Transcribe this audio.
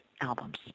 albums